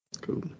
Cool